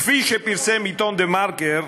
כפי שפרסם העיתון "דה-מרקר"